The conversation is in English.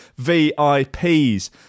VIPs